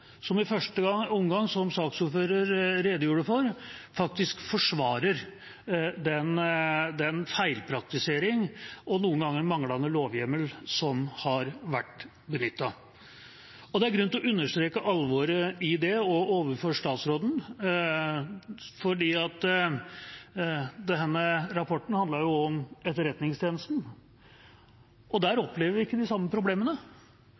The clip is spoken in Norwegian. som i første omgang – som saksordføreren redegjorde for – faktisk forsvarer den feilpraktiseringen og noen ganger manglende lovhjemmel som har vært benyttet. Det er grunn til å understreke alvoret i det også overfor statsråden. Denne rapporten handler jo om Etterretningstjenesten, og der opplever vi ikke de samme problemene,